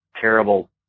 terrible